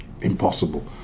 impossible